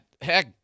Heck